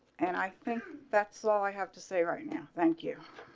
and i think that so i have to say right now. thank you.